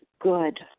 good